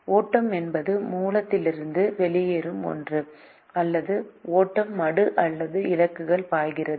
ஓட்டம் என்பது மூலத்திலிருந்து வெளியேறும் ஒன்று அல்லது ஓட்டம் மடு அல்லது இலக்குக்குள் பாய்கிறது